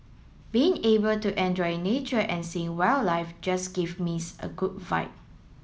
being able to enjoy nature and seeing wildlife just give me a good vibe